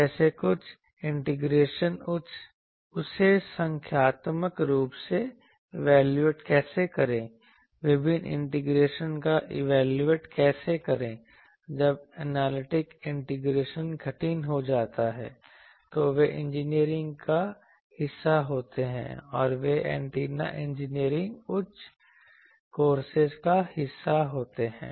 जैसे कुछ इंटीग्रेशन उसे संख्यात्मक रूप से इवेलुएट कैसे करें विभिन्न इंटीग्रेशन को इवेलुएट कैसे करें जब एनालिटिक इंटीग्रेशन कठिन हो जाता है तो वे इंजीनियरिंग का हिस्सा होते हैं और वे एंटीना इंजीनियरिंग उच्च कोर्सेज का हिस्सा होते हैं